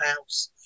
house